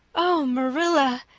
oh, marilla,